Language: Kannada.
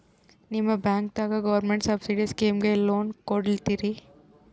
ನಿಮ ಬ್ಯಾಂಕದಾಗ ಗೌರ್ಮೆಂಟ ಸಬ್ಸಿಡಿ ಸ್ಕೀಮಿಗಿ ಲೊನ ಕೊಡ್ಲತ್ತೀರಿ?